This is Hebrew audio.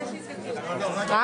יש לי עסק פרטי בתחום הטבק